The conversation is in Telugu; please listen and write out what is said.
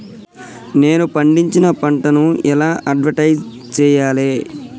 నేను పండించిన పంటను ఎలా అడ్వటైస్ చెయ్యాలే?